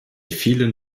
vielen